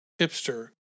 hipster